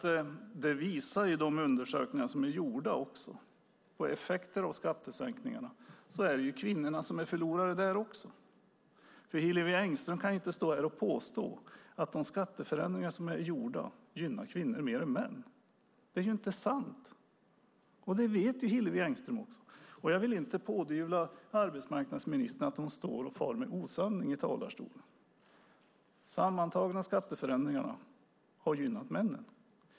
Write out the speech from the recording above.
De undersökningar som är gjorda vad gäller effekter av skattesänkningarna visar att det är kvinnorna som är förlorare där också. Hillevi Engström kan inte stå här och påstå att de skatteförändringar som är gjorda gynnar kvinnor mer än män. Det är inte sant. Det vet Hillevi Engström också. Jag vill inte pådyvla arbetsmarknadsministern att hon far med osanning i talarstolen. De sammantagna skatteförändringarna har gynnat männen.